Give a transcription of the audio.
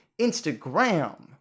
instagram